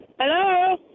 Hello